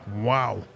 wow